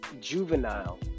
juvenile